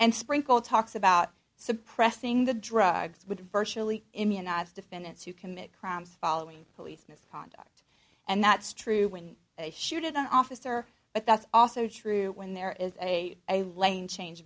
and sprinkle talks about suppressing the drugs with virtually immunized defendants who commit crimes following police misconduct and that's true when they should an officer but that's also true when there is a a lane change